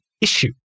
issue